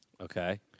Okay